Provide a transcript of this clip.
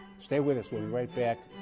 stay with us we'll be right back